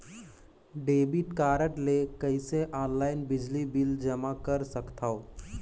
Debit card ले कइसे online बिजली बिल जमा कर सकथव?